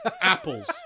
apples